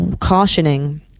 cautioning